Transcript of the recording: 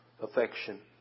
affection